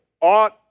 ought